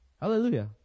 Hallelujah